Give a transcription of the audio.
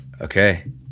Okay